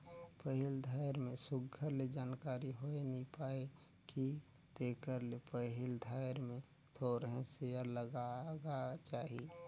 पहिल धाएर में सुग्घर ले जानकारी होए नी पाए कि तेकर ले पहिल धाएर में थोरहें सेयर लगागा चाही